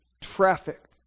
trafficked